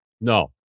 No